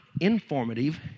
informative